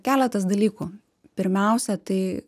keletas dalykų pirmiausia tai